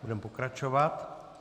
Budeme pokračovat.